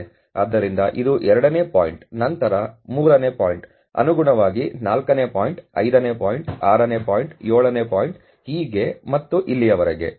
ಆದ್ದರಿಂದ ಇದು ಎರಡನೇ ಪಾಯಿಂಟ್ ನಂತರ ಮೂರನೇ ಪಾಯಿಂಟ್ ಅನುಗುಣವಾಗಿ ನಾಲ್ಕನೇ ಪಾಯಿಂಟ್ ಐದನೇ ಪಾಯಿಂಟ್ 6 ನೇ ಪಾಯಿಂಟ್ ಏಳನೇ ಪಾಯಿಂಟ್ ಹೀಗೆ ಮತ್ತು ಇಲ್ಲಿಯವರೆಗೆ